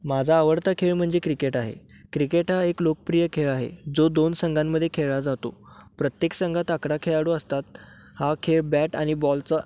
माझा आवडता खेळ म्हणजे क्रिकेट आहे क्रिकेट हा एक लोकप्रिय खेळ आहे जो दोन संघांमध्ये खेळाला जातो प्रत्येक संघात अकरा खेळाडू असतात हा खेळ बॅट आणि बॉलचा